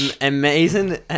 amazing